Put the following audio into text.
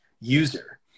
user